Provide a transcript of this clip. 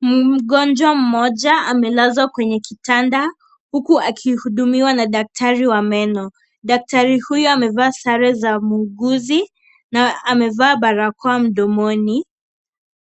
Mgonjwa mmoja amelazwa kwenye kitanda huku akihudumiwa na daktari wa meno. Daktari huyu amevaa sare za muuguzi na amevaa barakoa mdomoni